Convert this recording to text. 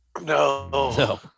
No